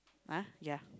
!huh! ya